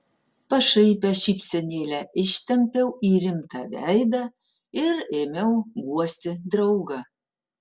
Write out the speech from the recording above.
pašaipią šypsenėlę ištempiau į rimtą veidą ir ėmiau guosti draugą